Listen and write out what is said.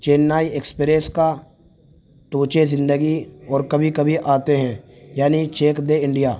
Chennai express کا ٹوچے زندگی اور کبھی کبھی آتے ہیں یعنی چک دے انڈیا